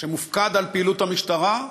שמופקד על פעילות המשטרה,